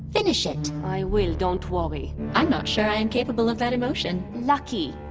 finish it i will, don't worry i'm not sure i am capable of that emotion lucky.